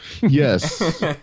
Yes